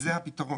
זה הפתרון.